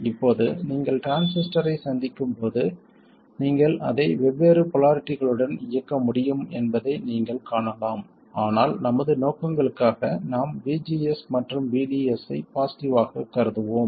இப்போது நீங்கள் டிரான்சிஸ்டரை சந்திக்கும் போது நீங்கள் அதை வெவ்வேறு போலாரிட்டிகளுடன் இயக்க முடியும் என்பதை நீங்கள் காணலாம் ஆனால் நமது நோக்கங்களுக்காக நாம் VGS மற்றும் VDS ஐ பாசிட்டிவ் ஆகக் கருதுவோம்